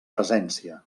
presència